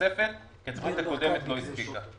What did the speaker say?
נוספת כי הקודמת לא הספיקה.